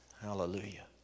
Hallelujah